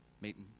meeting